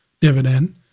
dividend